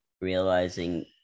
realizing